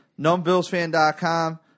numbillsfan.com